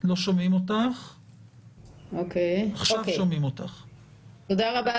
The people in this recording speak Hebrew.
תודה רבה,